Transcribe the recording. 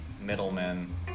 middlemen